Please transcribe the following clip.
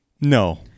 No